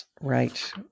Right